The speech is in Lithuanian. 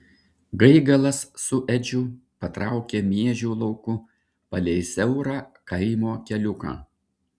gaigalas su edžiu patraukė miežių lauku palei siaurą kaimo keliuką